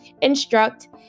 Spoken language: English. instruct